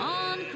on